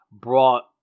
brought